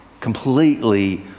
completely